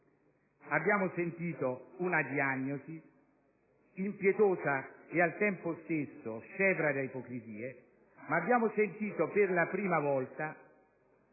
Abbiamo sentito una diagnosi impietosa e, al tempo stesso, scevra da ipocrisie, ma abbiamo sentito anche, per la prima volta,